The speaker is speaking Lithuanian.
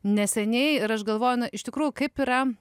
neseniai ir aš galvoju na iš tikrųjų kaip yra